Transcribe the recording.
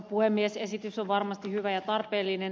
esitys on varmasti hyvä ja tarpeellinen